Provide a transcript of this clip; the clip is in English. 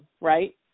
right